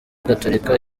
gatolika